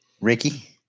Ricky